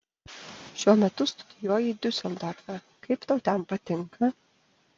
šiuo metu studijuoji diuseldorfe kaip tau ten patinka